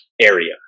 area